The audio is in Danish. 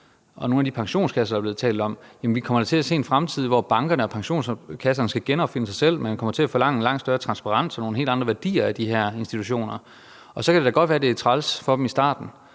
og nogle af de pensionskasser, der er blevet talt om, kommer vi til at se en fremtid, hvor bankerne og pensionskasserne skal genopfinde sig selv. Man kommer til at forlange en langt større transparens og nogle helt andre værdier af de her institutioner. Og så kan det da godt være, at det er træls for dem i starten,